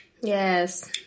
Yes